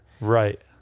right